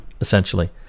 Essentially